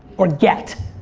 or get.